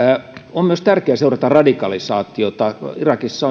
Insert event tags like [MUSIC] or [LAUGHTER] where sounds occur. on myös tärkeää seurata radikalisaatiota irakissa [UNINTELLIGIBLE]